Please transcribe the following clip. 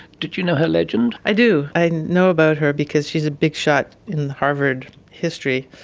did you know her legend? i do. i know about her because she is a bigshot in harvard history.